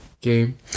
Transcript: game